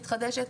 המתחדשת.